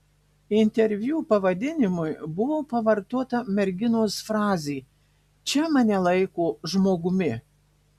interviu pavadinimui buvo pavartota merginos frazė čia mane laiko žmogumi